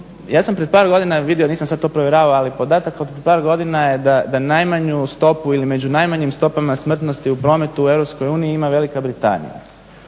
ja sam pred par godina vidio, nisam sad to provjeravao ali podatak od prije par godina je da najmanju stopu ili među najmanjim stopama smrtnosti u prometu u EU ima Velika Britanija